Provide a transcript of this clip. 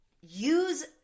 use